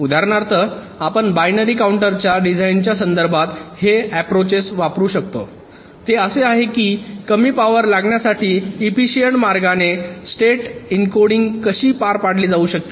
उदाहरणार्थ आपण बायनरी काउंटरच्या डिझाइनच्या संदर्भात हे अप्प्रोचेस वापरू शकतोते असे की कमी पावर लागण्यासाठी एफिशिएंट मार्गाने स्टेट एन्कोडिंग कशी पार पाडली जाऊ शकते